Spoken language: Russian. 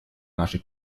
наши